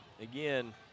again